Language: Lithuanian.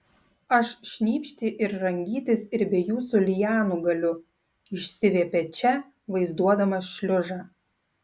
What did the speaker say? aš šnypšti ir rangytis ir be jūsų lianų galiu išsiviepė če vaizduodamas šliužą